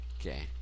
Okay